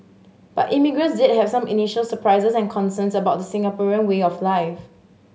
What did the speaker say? but immigrants did have some initial surprises and concerns about the Singaporean way of life